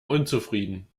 unzufrieden